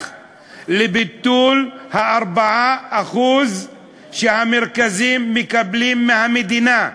לביטול ה-4% שהמרכזים מקבלים מהמדינה.